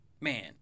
man